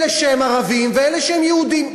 אלה שהם ערבים ואלה שהם יהודים,